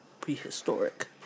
Prehistoric